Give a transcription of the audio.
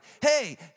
hey